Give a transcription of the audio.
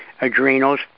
adrenals